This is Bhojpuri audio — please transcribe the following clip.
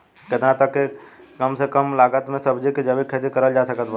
केतना तक के कम से कम लागत मे सब्जी के जैविक खेती करल जा सकत बा?